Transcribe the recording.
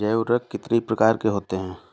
जैव उर्वरक कितनी प्रकार के होते हैं?